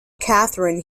catherine